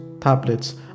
tablets